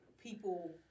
people